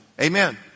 Amen